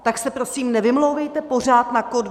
Tak se prosím nevymlouvejte pořád na covid.